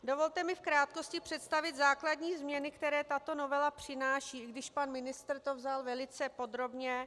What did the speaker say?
Dovolte mi v krátkosti představit základní změny, které tato novela přináší, i když pan ministr to vzal velice podrobně.